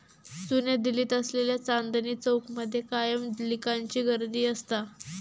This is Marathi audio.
जुन्या दिल्लीत असलेल्या चांदनी चौक मध्ये कायम लिकांची गर्दी असता